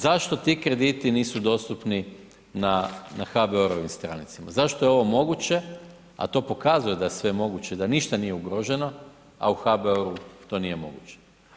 Zašto ti krediti nisu dostupni na HBOR-ovim stranicama, zašto je ovo moguće a to pokazuje da je sve moguće, da ništa nije ugroženo a u HBOR-u to nije moguće.